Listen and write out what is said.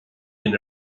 linn